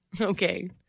Okay